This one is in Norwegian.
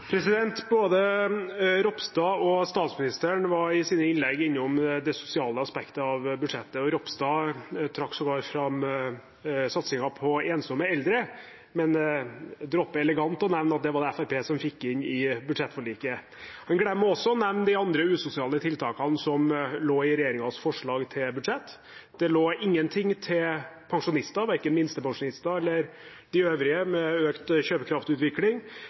Både Ropstad og statsministeren var i sine innlegg innom det sosiale aspektet i budsjettet. Ropstad trakk sågar fram satsingen på ensomme eldre, men droppet elegant å nevne at det var det Fremskrittspartiet som fikk inn i budsjettforliket. Han glemte også å nevne de andre usosiale tiltakene som lå i regjeringens forslag til budsjett. Det lå ingenting til pensjonister, verken minstepensjonister eller de øvrige, med tanke på økt